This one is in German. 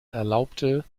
erlaubte